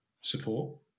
support